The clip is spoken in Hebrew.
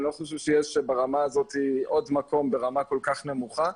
אני לא חושב שיש ברמה הזאת עוד מקום ברמה כל כך נמוכה.